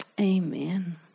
Amen